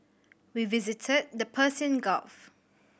we visited the Persian Gulf